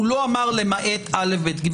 לא אמר: למעט זה וזה.